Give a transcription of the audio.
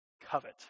covet